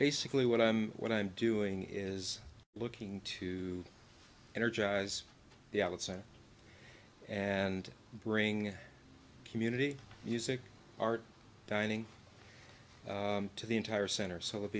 basically what i'm what i'm doing is looking to energize the outside and bring community music art dining to the entire center so